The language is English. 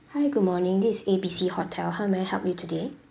hi good morning this A B C hotel how may I help you today